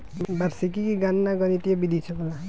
वार्षिकी के गणना गणितीय विधि से होला